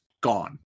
gone